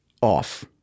off